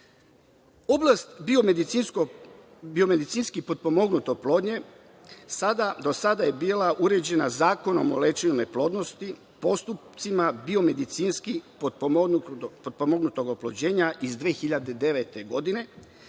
biomedicinski potpomognute oplodnje do sada je bila uređena Zakonom o lečenju neplodnosti, postupcima biomedicinski potpomognutog oplođenja iz 2009. godine,